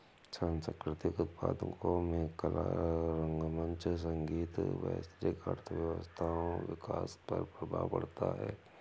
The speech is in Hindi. सांस्कृतिक उत्पादों में कला रंगमंच संगीत वैश्विक अर्थव्यवस्थाओं विकास पर प्रभाव पड़ता है